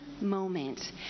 moment